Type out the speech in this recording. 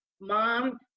mom